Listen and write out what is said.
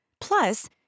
Plus